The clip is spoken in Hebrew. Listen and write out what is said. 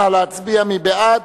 נא להצביע, מי בעד?